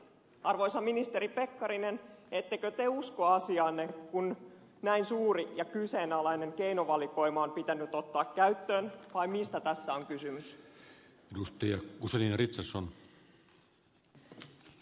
arvoisa ministeri pekkarinen ettekö te usko asiaanne kun näin suuri ja kyseenalainen keinovalikoima on pitänyt ottaa käyttöön vai mistä tässä on kysymys